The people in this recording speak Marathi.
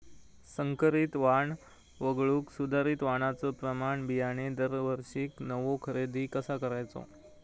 संकरित वाण वगळुक सुधारित वाणाचो प्रमाण बियाणे दरवर्षीक नवो खरेदी कसा करायचो?